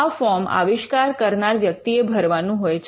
આ ફોર્મ આવિષ્કાર કરનાર વ્યક્તિએ ભરવાનું હોય છે